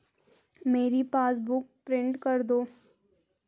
मेरी passbook print कर दो